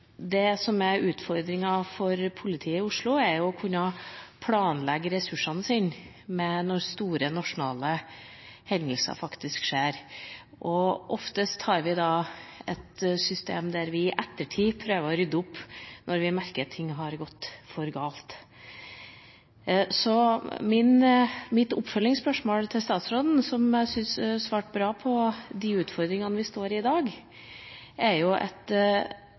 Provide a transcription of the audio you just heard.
Det som er utfordringa for politiet i Oslo, er å kunne planlegge ressursene sine når store nasjonale hendelser inntreffer. Oftest har vi et system der vi i ettertid prøver å rydde opp når vi merker at ting har gått galt. Mitt oppfølgingsspørsmål til statsråden, som jeg syns svarte bra på de utfordringene vi står i i dag, er: